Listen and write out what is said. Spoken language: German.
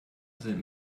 sind